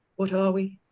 what are we?